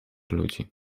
ludzi